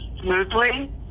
smoothly